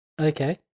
Okay